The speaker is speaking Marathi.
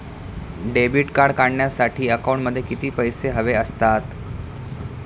डेबिट कार्ड काढण्यासाठी अकाउंटमध्ये किती पैसे हवे असतात?